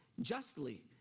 justly